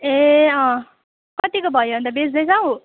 ए अँ कतिको भयो अन्त बेच्दैछौ